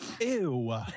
Ew